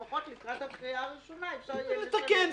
שלפחות לקראת הקריאה הראשונה אפשר יהיה לתקן?